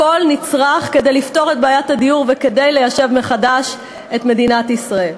הכול נצרך כדי לפתור את בעיית הדיור וכדי ליישב מחדש את מדינת ישראל.